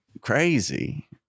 crazy